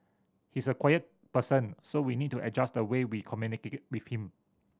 he's a quiet person so we need to adjust the way we communicate with him